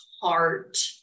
heart